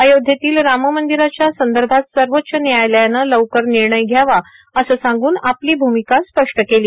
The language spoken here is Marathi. अयोध्येमधील राम मंदिराच्या संदर्भात सर्वोच्च न्यायालयानं लवकर निर्णय घ्यावा असं सांगून आपली भूमिका स्पष्ट केली